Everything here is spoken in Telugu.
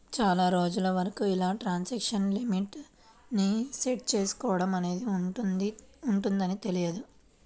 చాలా రోజుల వరకు ఇలా ట్రాన్సాక్షన్ లిమిట్ ని సెట్ చేసుకోడం అనేది ఉంటదని తెలియదు